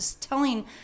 telling